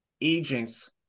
agents